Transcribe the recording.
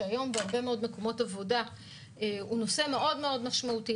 שהיום בהרבה מקומות עבודה הוא נושא מאוד-מאוד משמעותי,